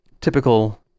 typical